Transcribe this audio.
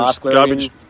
garbage